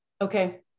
Okay